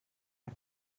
per